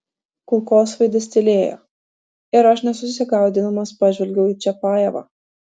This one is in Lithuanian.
kulkosvaidis tylėjo ir aš nesusigaudydamas pažvelgiau į čiapajevą